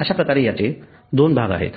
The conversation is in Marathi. अश्याप्रकारे याचे दोन भाग आहेत